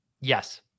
Yes